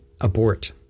abort